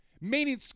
Meaning